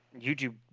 YouTube